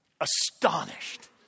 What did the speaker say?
astonished